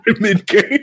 Mid-game